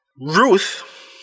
Ruth